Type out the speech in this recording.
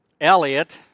Elliot